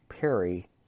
Perry